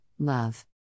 Love